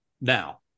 Now